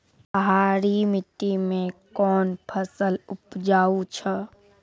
पहाड़ी मिट्टी मैं कौन फसल उपजाऊ छ?